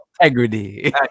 integrity